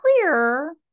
clear